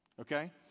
okay